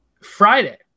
Friday